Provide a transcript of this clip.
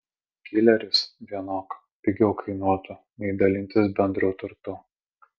kileris vienok pigiau kainuotų nei dalintis bendru turtu